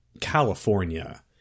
California